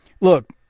Look